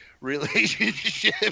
Relationship